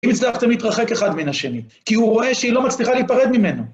אם הצלחתם להתרחק אחד מן השני, כי הוא רואה שהיא לא מצליחה להיפרד ממנו.